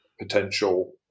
potential